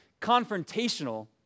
confrontational